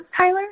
Tyler